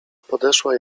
podeszła